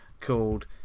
called